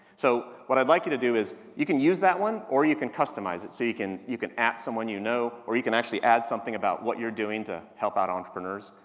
so, what i'd like you to do is you can use that one, or you can customize it. so you can, you can add someone you know, or you can actually add something about what you're doing to help out entrepreneurs.